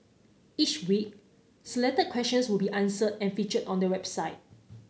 each week selected questions will be answered and featured on the website